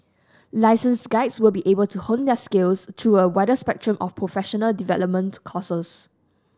licensed guides will be able to hone their skills through a wider spectrum of professional development courses